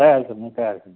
काय हरकत नाही काय हरकत नाही